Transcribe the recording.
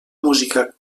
música